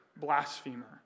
blasphemer